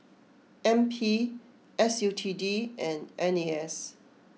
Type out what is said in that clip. N P S U T D and N A S